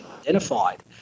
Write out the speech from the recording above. identified